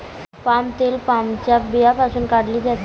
palm तेल पामच्या बियांपासून काढले जाते